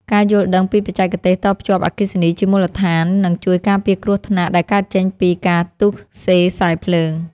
ការយល់ដឹងពីបច្ចេកទេសតភ្ជាប់អគ្គិសនីជាមូលដ្ឋាននឹងជួយការពារគ្រោះថ្នាក់ដែលកើតចេញពីការទុស្សេខ្សែភ្លើង។